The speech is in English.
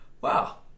Wow